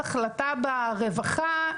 החלטה ברווחה,